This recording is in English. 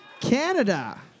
Canada